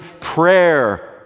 prayer